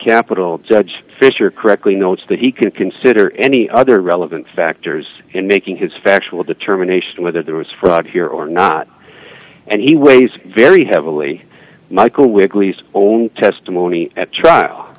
capital judge fisher correctly notes that he could consider any other relevant factors in making his factual determination whether there was fraud here or not and he weighs very heavily michael weekly's own testimony at trial